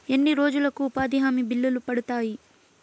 ఎన్ని రోజులకు ఉపాధి హామీ బిల్లులు పడతాయి?